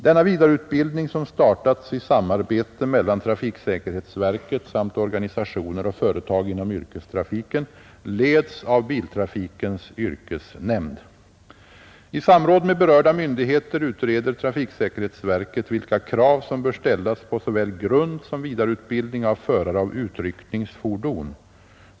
Denna vidareutbildning, som startats i samarbete mellan trafiksäkerhetsverket samt organisationer och företag inom yrkestrafiken, leds av Biltrafikens yrkesnämnd. I samråd med berörda myndigheter utreder trafiksäkerhetsverket vilka krav som bör ställas på såväl grundsom vidareutbildning av förare av utryckningsfordon.